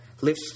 lift